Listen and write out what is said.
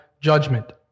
judgment